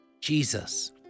Jesus